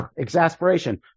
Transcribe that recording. Exasperation